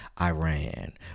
Iran